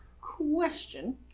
Question